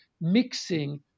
mixing